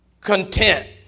content